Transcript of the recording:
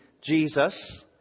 Jesus